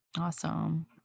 Awesome